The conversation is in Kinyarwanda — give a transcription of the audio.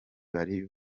bari